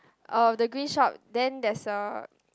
oh the green shop then there's a